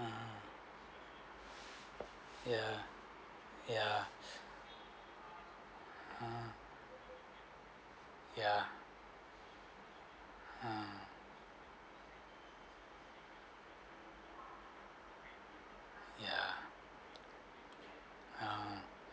mm ya ya mm ya mm ya ya